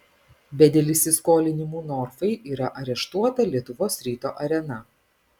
bet dėl įsiskolinimų norfai yra areštuota lietuvos ryto arena